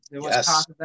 Yes